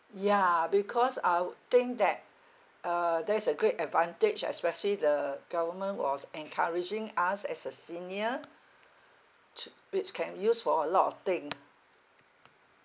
ya because I would think that uh there's a great advantage especially the government was encouraging us as a senior to which can use for a lot of thing